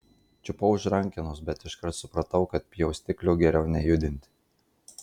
čiupau už rankenos bet iškart supratau kad pjaustiklio geriau nejudinti